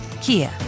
Kia